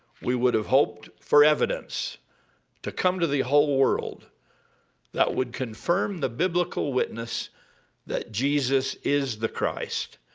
we would have hoped for evidence to come to the whole world that would confirm the biblical witness that jesus is the christ,